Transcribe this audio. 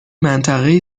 منطقهای